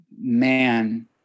man